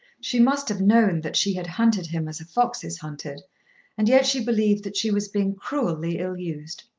she must have known that she had hunted him as a fox is hunted and yet she believed that she was being cruelly ill-used.